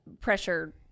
pressure